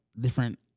different